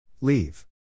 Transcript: Leave